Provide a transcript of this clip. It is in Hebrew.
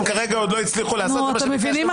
אני מקריאה לכם מילה